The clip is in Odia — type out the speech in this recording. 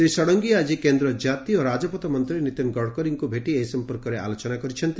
ଶ୍ରୀ ଷଡଙ୍ଗୀ ଆଜି କେନ୍ଦ୍ ଜାତୀୟ ରାଜପଥ ମନ୍ତୀ ନୀତିନ ଗଡକରୀଙ୍କୁ ଭେଟି ଏ ସମ୍ମର୍କରେ ଆଲୋଚନା କରିଥିଲେ